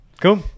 Cool